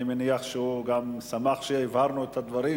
אני מניח שהוא גם שמח שהבהרנו את הדברים,